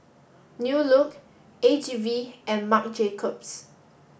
New Look A G V and Marc Jacobs